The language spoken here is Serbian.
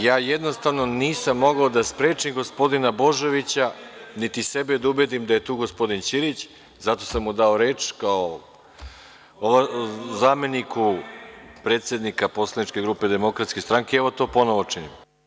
Ja jednostavno nisam mogao da sprečim gospodina Božovića, niti sebe da ubedim da je tu gospodin Ćirić, zato sam mu dao reč, kao zameniku predsednika Poslaničke grupe DS i, evo, to ponovi činim.